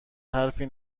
حرفی